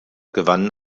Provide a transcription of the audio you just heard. gewannen